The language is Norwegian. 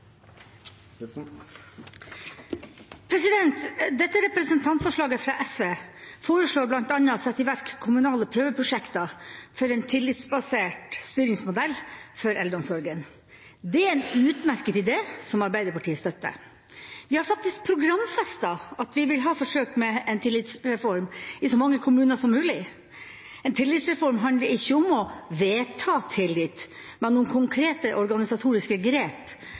Fremskrittspartiet. Dette representantforslaget fra SV foreslår bl.a. å sette i verk kommunale prøveprosjekter for en tillitsbasert styringsmodell for eldreomsorgen. Det er en utmerket idé, som Arbeiderpartiet støtter. Vi har faktisk programfestet at vi vil ha forsøk med en tillitsreform i så mange kommuner som mulig. En tillitsreform handler ikke om å «vedta tillit», men om konkrete organisatoriske grep